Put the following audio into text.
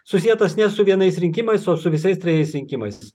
susietas ne su vienais rinkimais o su visais trejais rinkimais